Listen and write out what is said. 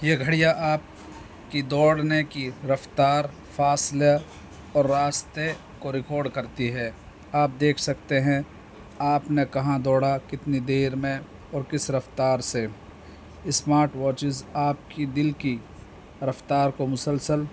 یہ گھڑیاں آپ کی دوڑنے کی رفتار فاصلے اور راستے کو ریکارڈ کرتی ہے آپ دیکھ سکتے ہیں آپ نے کہاں دوڑا کتنی دیر میں اور کس رفتار سے اسمارٹ واچز آپ کی دل کی رفتار کو مسلسل